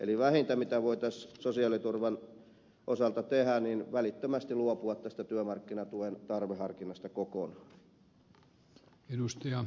eli vähintä mitä voitaisiin sosiaaliturvan osalta tehdä olisi välittömästi luopua tästä työmarkkinatuen tarveharkinnasta kokonaan